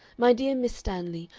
my dear miss stanley,